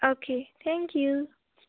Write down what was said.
okay thank you